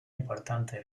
importantes